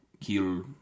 kill